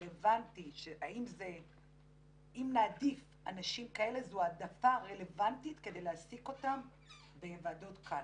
אם נעדיף אנשים כאלה זו העדפה רלוונטית כדי להעסיק אותם בוועדות קלפי?